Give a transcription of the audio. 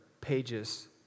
pages